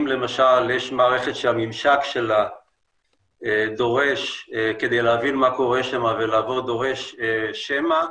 אם למשל יש מערכת שהממשק שלה כדי להבין מה קורה שם ולעבוד דורש שמע,